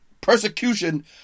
persecution